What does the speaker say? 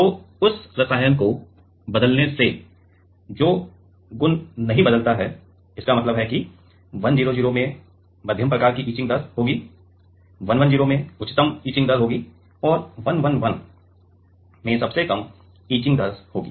तो उस रसायन को बदलने से जो गुण नहीं बदलता है इसका मतलब है कि 1 0 0 में मध्यम प्रकार की इचिंग दर होगी 1 1 0 में उच्चतम इचिंग दर होगी और 1 1 1 में सबसे कम इचिंग दर होगी